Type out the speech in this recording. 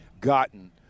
gotten